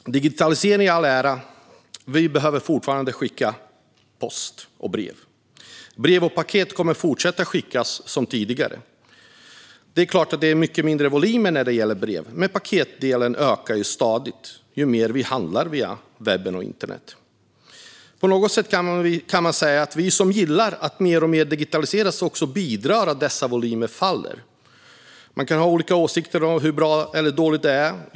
Digitalisering i all ära, men vi behöver fortfarande skicka post och brev. Brev och paket kommer att fortsätta att skickas som tidigare. Det är klart att det är mycket mindre volymer när det gäller brev, men paketdelen ökar stadigt ju mer vi handlar via webben och internet. På något sätt kan man säga att vi som gillar att mer och mer digitaliseras också bidrar till att volymerna minskar. Man kan ha olika åsikter om hur bra eller dåligt det är.